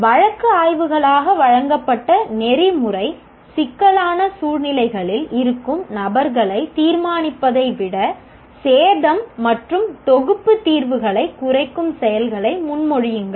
வழக்கு ஆய்வுகளாக வழங்கப்பட்ட நெறிமுறை சிக்கலான சூழ்நிலைகளில் இருக்கும் நபர்களை தீர்மானிப்பதை விட சேதம் மற்றும் தொகுப்பு தீர்வுகளை குறைக்கும் செயல்களை முன்மொழியுங்கள்